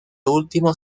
último